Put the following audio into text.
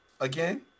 again